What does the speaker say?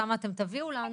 כמה אתם תביאו לנו,